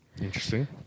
Interesting